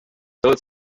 though